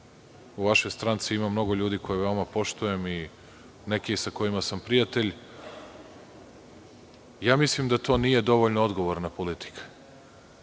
u vašoj stranci ima mnogo ljudi koje veoma poštujem i sa nekima sam prijatelj, mislim da to nije dovoljno odgovorna politika.